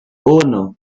uno